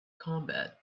combat